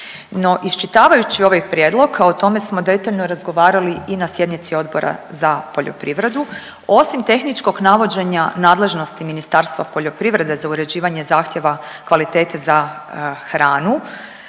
iščitavajući ovaj prijedlog, a o tom smo detaljno razgovarali i na sjednici Odbora za poljoprivredu osim tehničkog navođenja nadležnosti Ministarstva poljoprivrede za uređivanje zahtjeva kvalitete za hranu